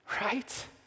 Right